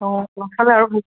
অঁ আৰু